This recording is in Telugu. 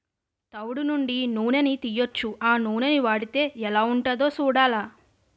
తవుడు నుండి నూనని తీయొచ్చు ఆ నూనని వాడితే ఎలాగుంటదో సూడాల